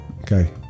okay